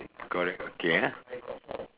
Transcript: correct okay ah